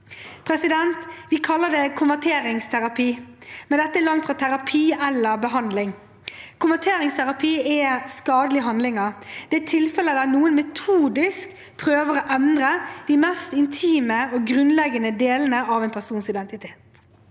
for dette. Vi kaller det «konverteringsterapi», men dette er langt fra terapi eller behandling. Konverteringsterapi er skadelige handlinger. Det er tilfeller der noen metodisk prøver å endre de mest intime og grunnleggende delene av en persons identitet.